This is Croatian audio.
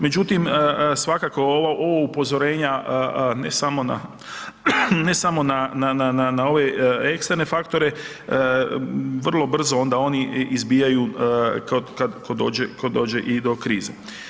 Međutim svakako ova upozorenja ne samo na ove eksterne faktore vrlo brzo onda oni izbijaju kada dođe do krize.